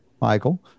Michael